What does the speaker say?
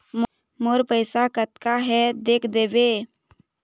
मोर पैसा कतका हे देख देव?